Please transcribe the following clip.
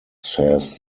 says